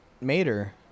mater